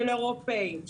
של אירופיים,